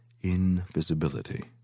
invisibility